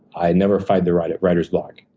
i never fight the writer's writer's block.